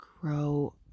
grow